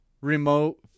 remote